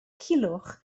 culhwch